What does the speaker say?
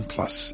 Plus